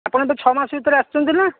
ଆପଣ ଏବେ ଛଅ ମାସ ଭିତରେ ଆସିଛନ୍ତି ନା